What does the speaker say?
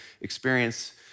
Experience